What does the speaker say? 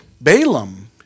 Balaam